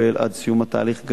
ולטפל עד סיום התהליך,